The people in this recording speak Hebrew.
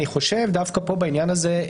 אני חושב דווקא פה בעניין הזה,